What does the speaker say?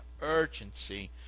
urgency